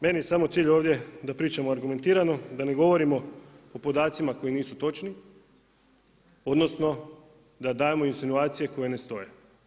Meni je samo cilj ovdje da pričam argumentirano, da ne govorimo o podacima koji nisu točni, odnosno da dajemo insinuacije koje ne stoje.